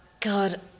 God